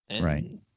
Right